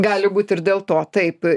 gali būt ir dėl to taip